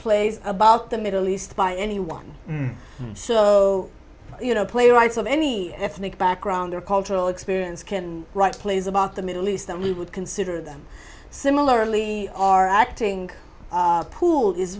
plays about the middle east by anyone so you know playwrights of any ethnic background or cultural experience can write plays about the middle east that we would consider them similarly our acting pool is